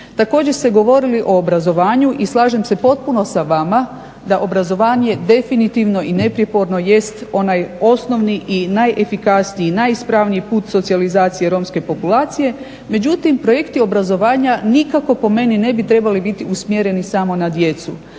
Također ste govorili o obrazovanju i slažem se potpuno sa vama da obrazovanje definitivno i nepriporno jest onaj osnovni i najefikasniji, najispravniji put socijalizaciji romske populacije. Međutim, projekti obrazovanja nikako po meni ne bi trebali biti usmjereni samo na djecu.